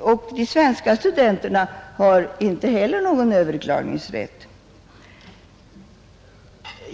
och de svenska studenterna har ju inte heller någon överklagningsrätt.